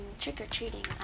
trick-or-treating